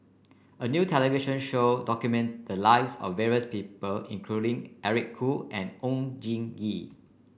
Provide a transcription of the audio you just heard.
a new television show documented the lives of various people including Eric Khoo and Oon Jin Gee